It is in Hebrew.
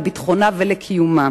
לביטחונה ולקיומה.